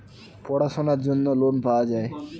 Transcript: পড়াশোনার জন্য লোন পাওয়া যায়